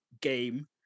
game